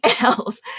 else